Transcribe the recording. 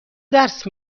درس